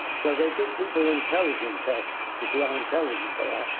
so they give people intelligence test, to see how intelligent they are.